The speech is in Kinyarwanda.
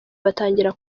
batangira